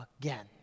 again